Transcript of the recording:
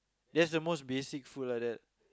that's the most basic food lah that